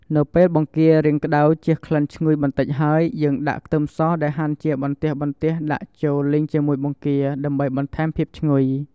នៅពេលបង្គារៀងក្ដៅជះក្លិនឈ្ងុយបន្តិចហើយ យើងដាក់ខ្ទឺមសដែលហាន់ជាបន្ទះៗដាក់ចូលលីងជាមួយបង្គាដើម្បីបន្ថែមភាពឈ្ងុយ។